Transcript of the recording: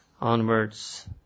onwards